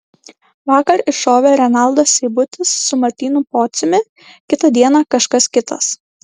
vakar iššovė renaldas seibutis su martynu pociumi kitą dieną kažkas kitas